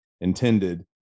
intended